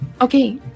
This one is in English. okay